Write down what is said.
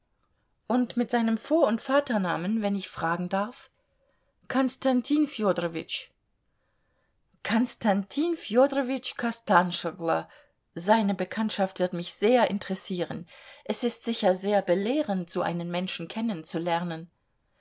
und mit seinem vor und vaternamen wenn ich fragen darf konstantin fjodorowitsch konstantin fjodorowitsch kostanschoglo seine bekanntschaft wird mich sehr interessieren es ist sicher sehr belehrend so einen menschen kennenzulernen